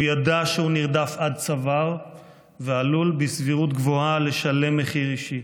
הוא ידע שהוא נרדף עד צוואר ועלול בסבירות גבוהה לשלם מחיר אישי.